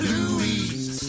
Louise